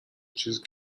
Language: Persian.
چیزی